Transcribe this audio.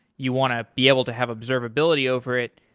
you want to be able to have observability over it.